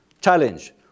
challenge